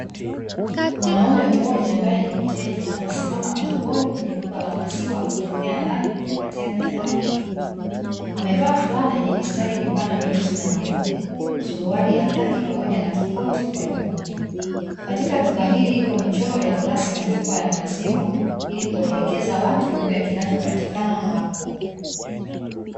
Mwanaume mmoja ambaye ni mteja amesimama mlangoni kwenye duka la mazima akitokea ndani kujipatia bidhaa hiyo, amevaa fulana yenye mistari mipana meusi na meupe, suruali ya kaki pamoja na kikoti kwa juu. Katika duka hili ipo michoro ya glasi na chupa ya maziwa ili kuelekeza watu juu kinachopatikana hapo.